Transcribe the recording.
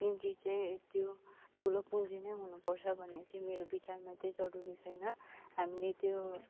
निम्ति चाहिँ त्यो ठुलो पुँजी नै हुनु पर्छ भन्ने चाहिँ मेरो विचारमा चाहिँ जरूरी छैन हामीले त्यो